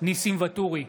ניסים ואטורי,